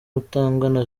mutangana